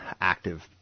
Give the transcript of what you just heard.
active